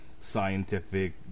scientific